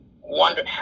wonder